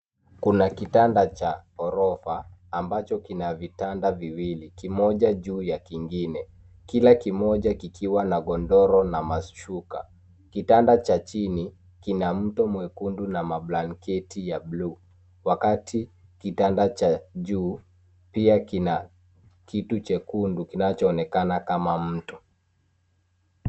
Kuna kitanda cha ghorofa, ambacho kina vitanda viwili, kimoja juu ya kingine, kila kimoja kikiwa na godoro na mashuka. Kitanda cha chini kina mto mwekundu na mablanketi ya blue , wakati kitanda cha juu pia kina kitu chekundu, kinachoonekana kama mto.